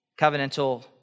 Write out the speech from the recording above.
covenantal